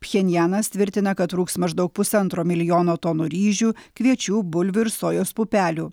pchenjanas tvirtina kad trūks maždaug pusantro milijono tonų ryžių kviečių bulvių ir sojos pupelių